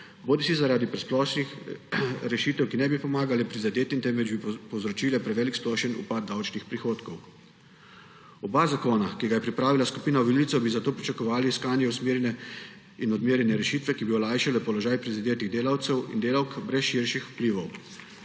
bodisi zaradi presplošnih rešitev, ki ne bi pomagale prizadetim, temveč bi povzročile prevelik splošen upad davčnih prihodkov. Za oba zakona, ki ju je pripravila skupina volivcev, bi zato pričakovali iskanje usmerjenih in odmerjenih rešitev, ki bi olajšale položaj prizadetih delavcev in delavk brez širših vplivov.